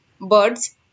birds